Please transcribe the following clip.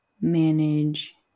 manage